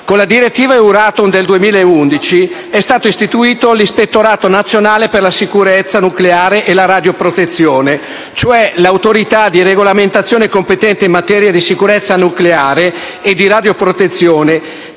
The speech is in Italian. Con la direttiva Euratom del 2011 è stato istituito l'Ispettorato nazionale per la sicurezza nucleare e la radioprotezione (ISIN), cioè l'autorità di regolamentazione competente in materia di sicurezza nucleare e di radioprotezione